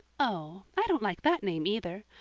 oh, i don't like that name, either.